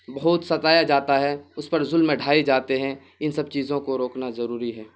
بہت ستایا جاتا ہے اس پر ظلم ڈھائے جاتے ہیں ان سب چیزوں کو روکنا ضروری ہے